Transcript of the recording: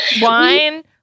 Wine